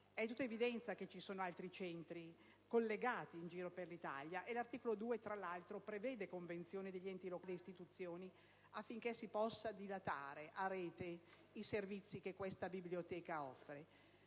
di tutta evidenza che ci sono altri centri collegati in giro per l'Italia, e l'articolo 2, tra l'altro, prevede convenzioni con enti locali ed istituzioni affinché si possa dilatare a rete i servizi che tale biblioteca offre.